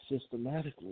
Systematically